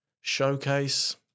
showcase